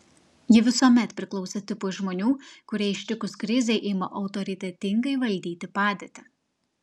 ji visuomet priklausė tipui žmonių kurie ištikus krizei ima autoritetingai valdyti padėtį